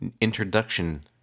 introduction